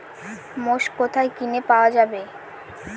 মোষ কোথায় কিনে পাওয়া যাবে?